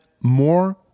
more